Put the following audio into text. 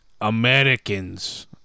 Americans